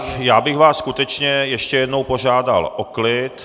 Já bych vás skutečně ještě jednou požádal o klid.